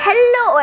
Hello